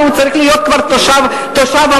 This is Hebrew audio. והוא צריך להיות כבר תושב המקום,